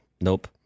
nope